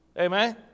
Amen